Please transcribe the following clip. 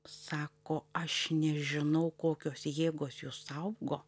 sako aš nežinau kokios jėgos jus saugo